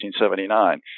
1979